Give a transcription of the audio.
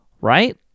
right